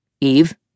Eve